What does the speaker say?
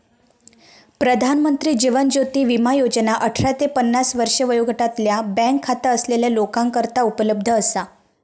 प्रधानमंत्री जीवन ज्योती विमा योजना अठरा ते पन्नास वर्षे वयोगटातल्या बँक खाता असलेल्या लोकांकरता उपलब्ध असा